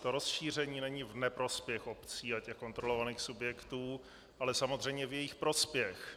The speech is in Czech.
To rozšíření není v neprospěch obcí a kontrolovaných subjektů, ale samozřejmě v jejich prospěch.